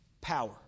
Power